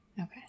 okay